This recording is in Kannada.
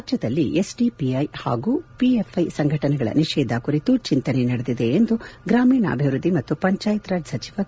ರಾಜ್ಯದಲ್ಲಿ ಎಸ್ಡಿಪಿಐ ಹಾಗೂ ಪಿಎಫ್ಐ ಸಂಘಟನೆಗಳನ್ನು ನಿಷೇಧಿಸುವ ಕುರಿತು ಚಿಂತನೆ ನಡೆದಿದೆ ಎಂದು ಗ್ರಾಮೀಣಾಭಿವೃದ್ದಿ ಮತ್ತು ಪಂಚಾಯತ್ ರಾಜ್ ಸಚಿವ ಕೆ